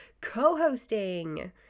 co-hosting